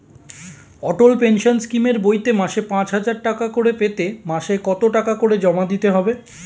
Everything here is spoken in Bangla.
অটল পেনশন স্কিমের বইতে মাসে পাঁচ হাজার টাকা করে পেতে মাসে কত টাকা করে জমা দিতে হবে?